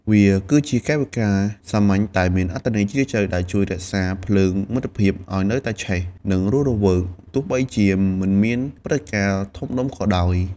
វាគឺជាកាយវិការសាមញ្ញ តែមានអត្ថន័យជ្រាលជ្រៅ ដែលជួយរក្សាភ្លើងមិត្តភាពឲ្យនៅតែឆេះ និងរស់រវើក ទោះបីមិនមានព្រឹត្តិការណ៍ធំដុំក៏ដោយ។